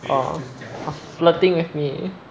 哦 flirting with me